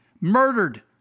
Murdered